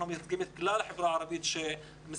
אנחנו מייצגים את כלל החברה הערבית שמספר